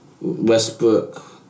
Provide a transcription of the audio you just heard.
Westbrook